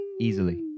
Easily